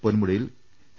പൊന്മുടിയിൽ K